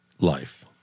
life